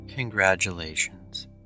Congratulations